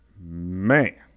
man